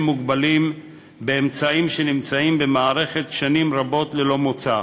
מוגבלים באמצעים שנמצאים במערכת שנים רבות ללא מוצא.